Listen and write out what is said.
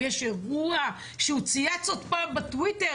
אם יש אירוע שהוא צייץ עוד פעם בטוויטר